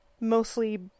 mostly